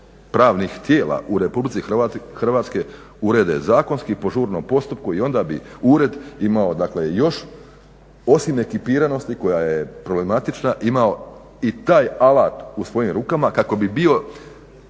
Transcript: pravnih tijela u RH urede zakonski po žurnom postupku i onda bi ured imao dakle još ekipiranosti koja je problematična imao i taj alat u svojim rukama kako bi bio